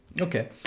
Okay